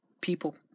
people